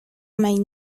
may